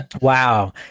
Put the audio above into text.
wow